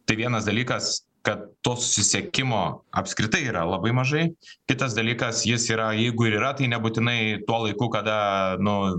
tai vienas dalykas kad to susisiekimo apskritai yra labai mažai kitas dalykas jis yra jeigu ir yra tai nebūtinai tuo laiku kada nu